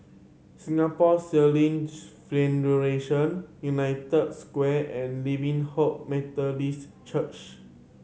Singapore Sailing Federation United Square and Living Hope Methodist Church